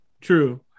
True